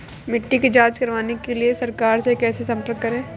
मिट्टी की जांच कराने के लिए सरकार से कैसे संपर्क करें?